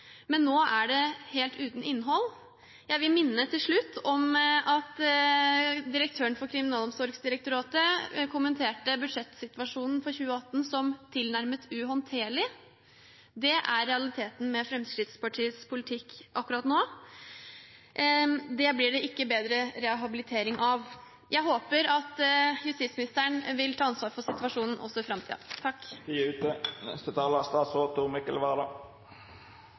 men nå er det helt uten innhold. Jeg vil til slutt minne om at direktøren for Kriminalomsorgsdirektoratet kommenterte budsjettsituasjonen for 2018 som tilnærmet uhåndterlig. Det er realiteten med Fremskrittspartiets politikk akkurat nå. Det blir det ikke bedre rehabilitering av. Jeg håper at justisministeren vil ta ansvar for situasjonen også i